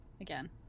again